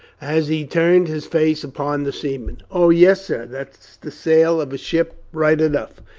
as he turned his face upon the seamen. oh yes, sir that's the sail of a ship right enough,